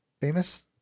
famous